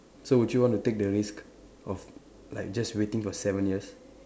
so would you want to take the risk of like just waiting for seven years